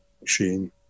machine